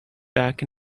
back